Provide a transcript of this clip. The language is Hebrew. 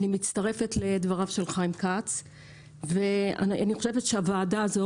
אני מצטרפת לדבריו של חיים כץ ואני חושבת שהוועדה הזאת